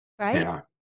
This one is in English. right